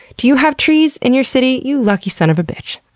do you have trees in your city? you lucky son of a bitch.